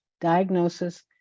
diagnosis